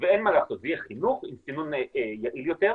ואין מה לעשות, זה יהיה חינוך עם סינון יעיל יותר.